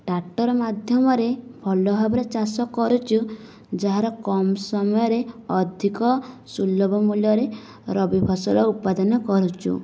tractor ମାଧ୍ୟମରେ ଭଲ ଭାବରେ ଚାଷ କରୁଛୁ ଯାହାର କମ୍ ସମୟରେ ଅଧିକ ସୁଲଭ ମୂଲ୍ୟରେ ରବି ଫସଲ ଉତ୍ପାଦନ କରୁଛୁ